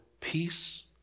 peace